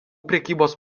prekybos